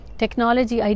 technology